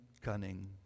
cunning